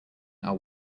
are